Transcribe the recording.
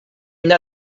une